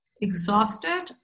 exhausted